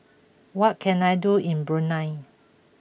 what can I do in Brunei